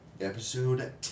episode